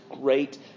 great